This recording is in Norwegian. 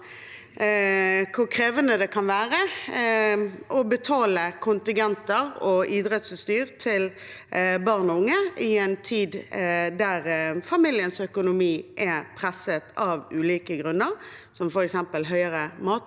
hvor krevende det kan være å betale kontingenter og idrettsutstyr til barn og unge i en tid da familiens økonomi er presset av ulike grunner, som f.eks. høyere